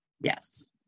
Yes